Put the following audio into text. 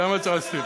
שמה צריכים לשים.